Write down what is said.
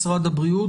משרד הבריאות,